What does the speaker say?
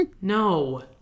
No